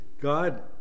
God